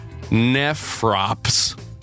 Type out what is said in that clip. Nephrops